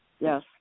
Yes